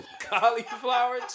Cauliflower